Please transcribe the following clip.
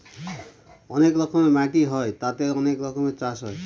অনেক রকমের মাটি হয় তাতে অনেক রকমের চাষ হয়